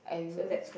are tyou